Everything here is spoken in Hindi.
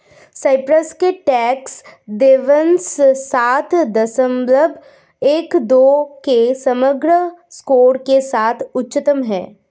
साइप्रस के टैक्स हेवन्स सात दशमलव एक दो के समग्र स्कोर के साथ उच्चतम हैं